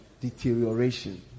deterioration